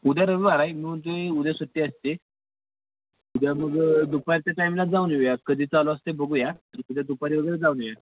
उद्या रविवार हाय मी म्हणतो आहे उद्या सुट्टी असते उद्या मग दुपारच्या टाईमला जाऊन येऊया कधी चालू असतं आहे बघूया दुपारी वगैरे जाऊन येऊया